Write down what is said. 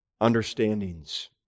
understandings